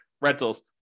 rentals